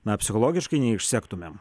na psichologiškai neišsektumėm